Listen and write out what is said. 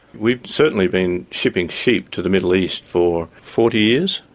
we've certainly been shipping sheep to the middle east for forty years,